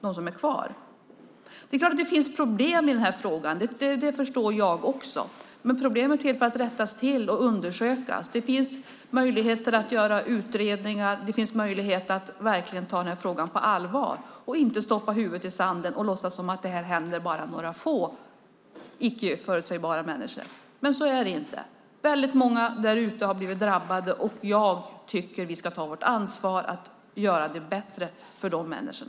Det är klart att det finns problem i frågan, men problem är till för att undersökas och lösas. Det finns möjlighet att tillsätta utredningar. Det finns möjlighet att verkligen ta frågan på allvar och inte stoppa huvudet i sanden och låtsas att det händer bara några få människor helt oförutsägbart. Så är det inte. Många har blivit drabbade. Jag tycker att vi ska ta vårt ansvar och göra det bättre för dessa människor.